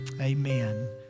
Amen